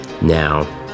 now